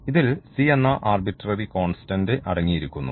ഇതിൽ c എന്ന arbitrary constant അടങ്ങിയിരിക്കുന്നു